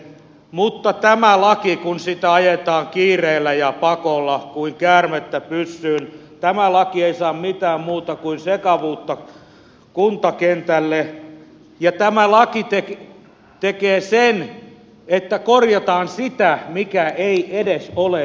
mutta tämä laki kun sitä ajetaan kiireellä ja pakolla kuin käärmettä pyssyyn ei saa mitään muuta kuin sekavuutta kuntakentälle ja tämä laki tekee sen että korjataan sitä mikä ei edes ole rikki